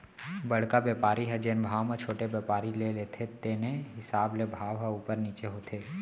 बड़का बेपारी ह जेन भाव म छोटे बेपारी ले लेथे तेने हिसाब ले भाव ह उपर नीचे होथे